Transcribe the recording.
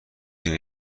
این